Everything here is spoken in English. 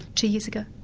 two years ago.